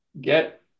get